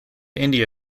india